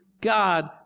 God